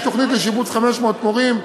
יש תוכנית לשיבוץ 500 מורים,